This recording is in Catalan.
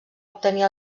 obtenir